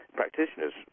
practitioners